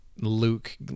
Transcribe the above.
Luke